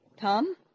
Tom